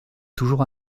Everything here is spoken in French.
toujours